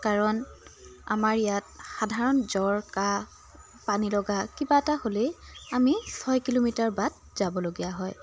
কাৰণ আমাৰ ইয়াত সঘনাই জ্বৰ কাহ পানীলগা কিবা এটা হ'লেই আমি ছয় কিলোমিটাৰ বাট যাবলগীয়া হয়